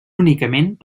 únicament